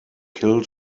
kill